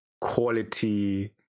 quality